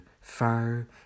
fire